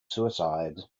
suicide